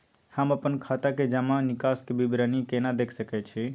हम अपन खाता के जमा निकास के विवरणी केना देख सकै छी?